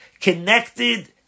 connected